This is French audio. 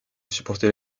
supporter